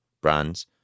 brands